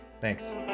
Thanks